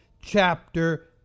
chapter